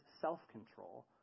self-control